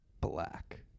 black